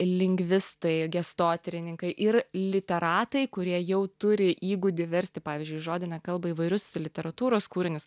lingvistai gestotyrininkai ir literatai kurie jau turi įgūdį versti pavyzdžiui į žodinę kalbą įvairius literatūros kūrinius